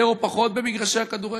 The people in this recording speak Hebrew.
יותר או פחות, במגרשי הכדורגל,